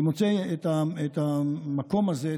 אני מוצא את המקום הזה,